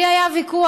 לי היה ויכוח,